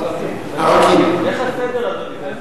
איך הסדר, אדוני?